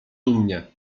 dumnie